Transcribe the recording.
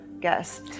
guest